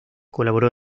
colaboró